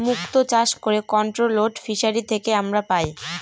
মুক্ত চাষ করে কন্ট্রোলড ফিসারী থেকে আমরা পাই